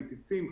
מציצים,